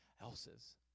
else's